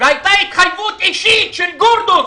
והייתה התחייבות אישית של גרדוס